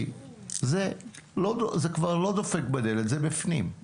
כי זה כבר לא דופק בדלת, זה בפנים.